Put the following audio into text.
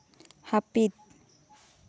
ᱦᱟᱯᱤᱫ